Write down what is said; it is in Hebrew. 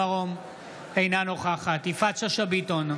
אינה נוכחת יפעת שאשא ביטון,